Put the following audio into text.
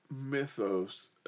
mythos